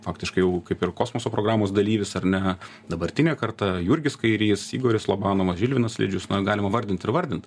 faktiškai jau kaip ir kosmoso programos dalyvis ar ne dabartinė karta jurgis kairys igoris lobanovas žilvinas lidžius na galima vardint ir vardint